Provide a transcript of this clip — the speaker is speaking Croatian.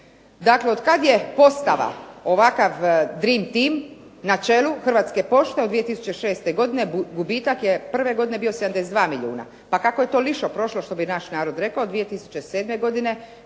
Dakle, od kad je postava ovakav dream team na čelu "Hrvatske pošte" od 2006. godine gubitak je prve godine bio 72 milijuna, pa kako je to lišo prošlo, što bi naš narod rekao, 2007. godine